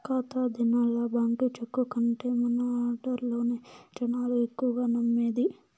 గత దినాల్ల బాంకీ చెక్కు కంటే మన ఆడ్డర్లనే జనాలు ఎక్కువగా నమ్మేది